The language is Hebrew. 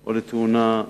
או לתאונה אחרת.